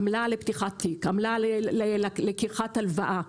עמלה לפתיחת תיק, עמלה ללקיחת הלוואה,